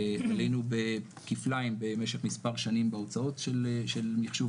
עלינו כפליים במשך מספר שנים בהוצאות של מחשוב